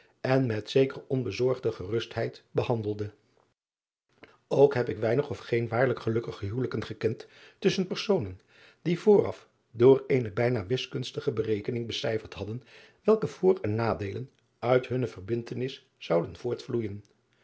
en met zekere onbezorgde gerustheid behandelde ok heb ik weinig of geene waarlijk gelukkige huwelijken gekend tusschen personen die vooraf door eene bijna wiskunstige berekening becijferd hadden welke voor en driaan oosjes zn et leven van aurits ijnslager nadeelen uit hunne verbindtenis zouden